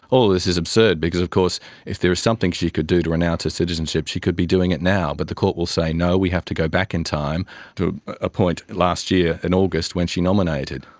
all of this is absurd because of course if there is something she could do to renounce her citizenship, she could be doing it now, but the court will say no, we have to go back in time to a point last year it in august when she nominated.